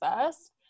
first